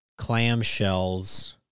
clamshells